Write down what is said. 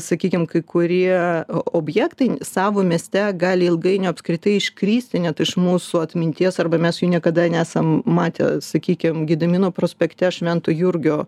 sakykim kai kurie objektai savo mieste gali ilgainiui apskritai iškristi net iš mūsų atminties arba mes jų niekada nesam matę sakykim gedimino prospekte švento jurgio